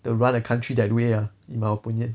to run a country that way ah in my opinion